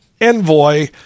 envoy